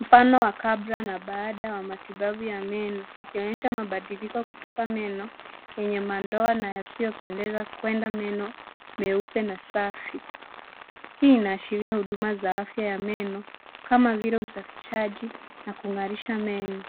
Mfano wa kabla na baada wa matibabu ya meno. Ikionyesha mabadiliko kutoka meno yenye madoa na yasiyopendeza kwenda meno meupe na safi. Hii inaashiria huduma za afya ya meno kama vile usafishaji na kung'arisha meno.